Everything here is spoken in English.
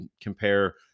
compare